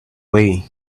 way